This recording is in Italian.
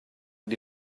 dei